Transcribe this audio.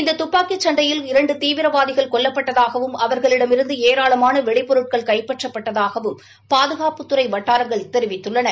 இந்த துப்பாக்கி சண்டையில் இரண்டு தீவிரவாதிகள் கொல்லப்பட்டதாகவும் அவர்களிடமிருந்து ஏராளமான வெடிபொருட்கள் கைப்பற்றப்பட்டதாகவும் பாதுகாப்புத்துறை வட்டாரங்கள் தெரிவித்துள்ளன